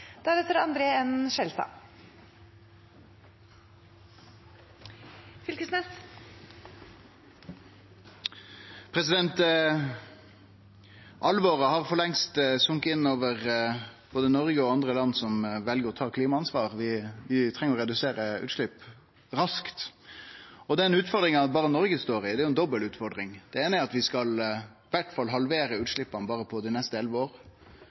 Alvoret har for lengst sokke inn over både Noreg og andre land som vel å ta klimaansvar. Vi treng å redusere utslepp raskt. Utfordringa Noreg står i, er jo ei dobbelt utfordring. Det eine er at vi i alle fall skal halvere utsleppa berre på dei neste elleve